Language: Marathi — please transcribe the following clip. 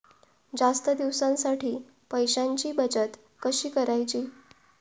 जास्त दिवसांसाठी पैशांची बचत कशी करायची?